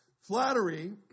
Flattery